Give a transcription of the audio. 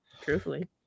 truthfully